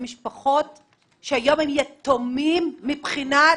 היום הם גם יתומים מבחינת